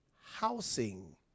housing